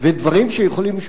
ודברים שיכולים,